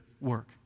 work